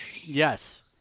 Yes